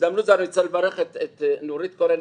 ובהזדמנות זו אני רוצה לברך את נורית קורן,